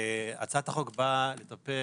הצעת החוק באה לטפל